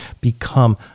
become